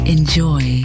Enjoy